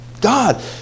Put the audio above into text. God